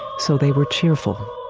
so they were cheerful.